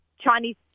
Chinese